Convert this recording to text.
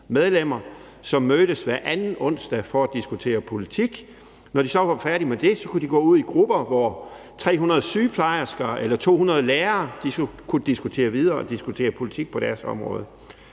medlemmer, som mødtes hver anden onsdag for at diskutere politik. Når de så var færdige med det, kunne de gå ud i grupper, hvor 300 sygeplejersker eller 200 lærere kunne diskutere videre og diskutere politik på deres område.